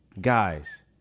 guys